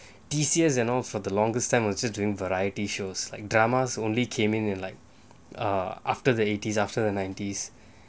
this year's and all for the longest time was just doing variety shows like dramas only came in like err after the eighties after the nineties